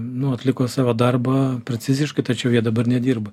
nu atliko savo darbą preciziškai tačiau jie dabar nedirba